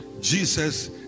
Jesus